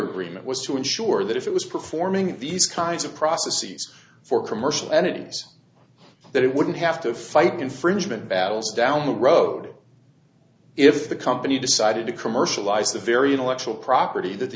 agreement was to ensure that if it was performing these kinds of processes for commercial entities that it wouldn't have to fight infringement battles down the road if the company decided to commercialize the very intellectual property that the